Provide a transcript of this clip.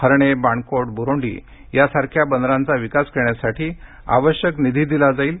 हर्णे बाणकोट ब्रोंडी यासारख्या बंदरांचा विकास करण्यासाठी आवश्यक निधी दिला जाईल